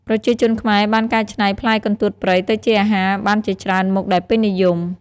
ប្រជាជនខ្មែរបានកែច្នៃផ្លែកន្ទួតព្រៃទៅជាអាហារបានជាច្រើនមុខដែលពេញនិយម។